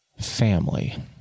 Family